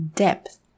depth